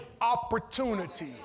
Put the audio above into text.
opportunity